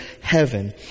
heaven